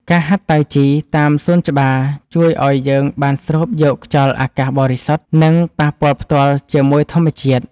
ការហាត់តៃជីតាមសួនច្បារជួយឱ្យយើងបានស្រូបយកខ្យល់អាកាសបរិសុទ្ធ និងប៉ះពាល់ផ្ទាល់ជាមួយធម្មជាតិ។